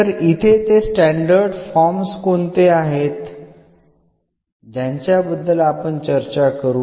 तर इथे ते स्टॅंडर्ड फॉर्म्स कोणते आहेत ज्यांच्याबद्दल आपण चर्चा करू